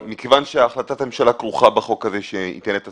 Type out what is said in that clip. מכיוון שהחלטת הממשלה כרוכה בחוק הזה שייתן את הסמכויות,